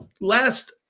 last